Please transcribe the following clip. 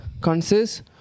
consists